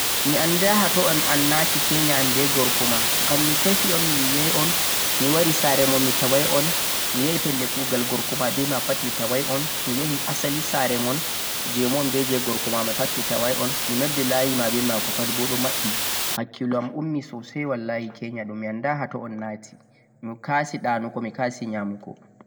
mi annda ha to unnati kenya an be gorko ma ngam mi tefi un yi ay mon, mi wari saare mon mi taway un, mi yahi pelle kuugal gorko ma be ma pat mi taway un, mi yahi asali saare mon be jee mon be jee gorko ma pat mi taway un, mi noddi la yi ma be maako pat bo ɗo maɓɓi hakkiilo yam ummi soosayma wallahi kenya ɗo mi annda hato un naati, mi ka'si ɗanugo mi ka'si yamugo.